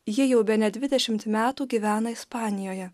ji jau bene dvidešimt metų gyvena ispanijoje